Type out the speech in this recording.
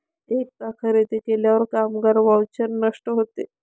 एकदा खरेदी केल्यावर कामगार व्हाउचर नष्ट होते